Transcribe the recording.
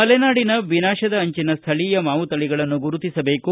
ಮಲೆನಾಡಿನ ವಿನಾಶದ ಅಂಚಿನ ಸ್ಟಳೀಯ ಮಾವು ತಳಿಗಳನ್ನು ಗುರುತಿಸಬೇಕು